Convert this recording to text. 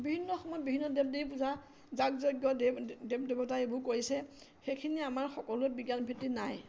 বিভিন্ন সময়ত বিভিন্ন দেৱ দেৱী পূজা যাগযজ্ঞ দেৱ দেৱতা এইবোৰ কৰিছে সেইখিনি আমাৰ সকলোতে বিজ্ঞানভিত্তি নাই